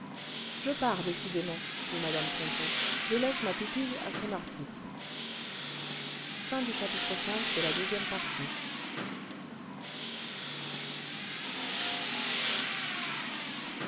je pars décidément dit mme ponto je laisse ma pupille à son article